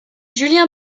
julien